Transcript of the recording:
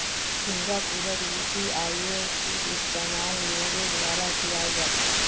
सिंगापुरतो यूपीआईयेर खूब इस्तेमाल लोगेर द्वारा कियाल जा छे